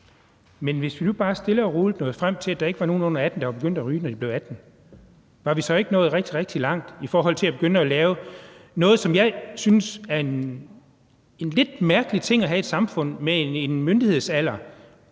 Men hvis nu bare stille og roligt nåede frem til, at der ikke var nogen under 18 år, der var begyndt at ryge, når de blev 18 år, var vi så ikke nået rigtig, rigtig langt – frem for at begynde at lave noget, som jeg synes er lidt mærkeligt, altså at have et samfund med en myndighedsalder,